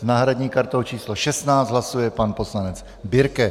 S náhradní kartou číslo 16 hlasuje pane poslanec Birke.